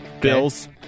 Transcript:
bills